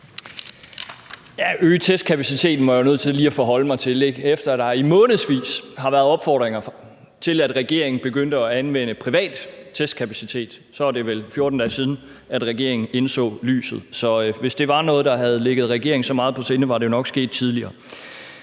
nødt til lige at forholde mig til. Efter der i månedsvis har været opfordringer til, at regeringen begyndte at anvende privat testkapacitet, er det vel 14 dage siden, regeringen så lyset. Så hvis det var noget, der havde ligget regeringen så meget på sinde, var det jo nok sket tidligere.